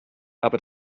aber